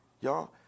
Y'all